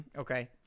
okay